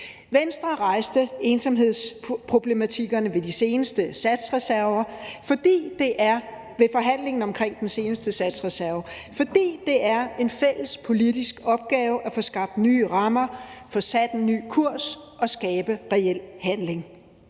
Venstre rejste ensomhedsproblematikkerne ved forhandlingen om den seneste satsreserve, fordi det er en fælles politisk opgave at få skabt nye rammer, få sat en ny kurs og skabe reel handling.